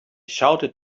shouted